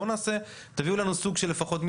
בואו, תביאו לנו לפחות סוג של מדגם.